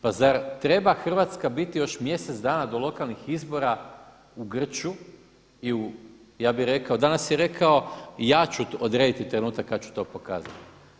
Pa zar treba Hrvatska biti još mjesec dana do lokalnih izbora u grču i u, ja bih rekao, danas je rekao ja ću odrediti trenutak kad ću to pokazati.